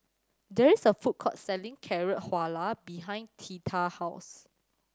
there is a food court selling Carrot Halwa behind Theta house